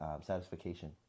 satisfaction